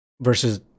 versus